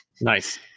nice